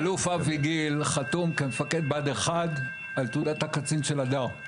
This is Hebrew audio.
האלוף אבי גיל חתום כמפקד בה"ד 1 על תעודת הקצין של הדר.